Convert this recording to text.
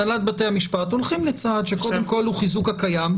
הנהלת בתי המשפט הולכים לצעד שהוא קודם כול הוא חיזוק הקיים,